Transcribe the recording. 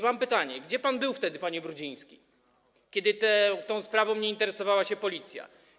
Mam pytanie: Gdzie pan był wtedy, panie Brudziński, kiedy tą sprawą nie interesowała się Policja?